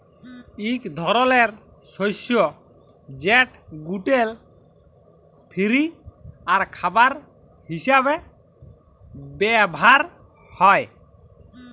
ইক ধরলের শস্য যেট গ্লুটেল ফিরি আর খাবার হিসাবে ব্যাভার হ্যয়